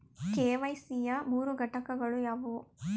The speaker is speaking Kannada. ಕೆ.ವೈ.ಸಿ ಯ ಮೂರು ಘಟಕಗಳು ಯಾವುವು?